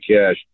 cash